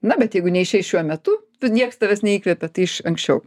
na bet jeigu neišeis šiuo metu nieks tavęs neįkvepia tai iš anksčiau